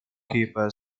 keeper